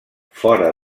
fora